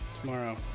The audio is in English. tomorrow